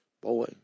Boy